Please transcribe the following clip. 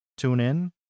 TuneIn